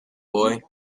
boy